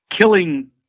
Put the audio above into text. killing